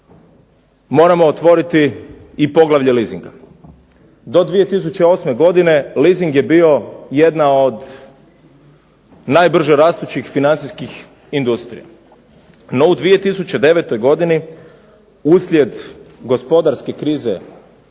moramo otvoriti i poglavlje leasinga. Do 2008. godine leasing je bio jedna od najbrže rastućih financijskih industrija no u 2009. godini uslijed gospodarske krize,